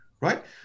right